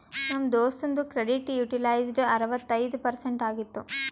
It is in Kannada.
ನಮ್ ದೋಸ್ತುಂದು ಕ್ರೆಡಿಟ್ ಯುಟಿಲೈಜ್ಡ್ ಅರವತ್ತೈಯ್ದ ಪರ್ಸೆಂಟ್ ಆಗಿತ್ತು